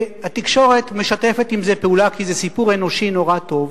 וכשהתקשורת משתפת עם זה פעולה כי זה סיפור אנושי מאוד טוב,